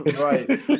right